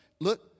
Look